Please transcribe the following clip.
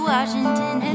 Washington